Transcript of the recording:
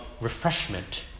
refreshment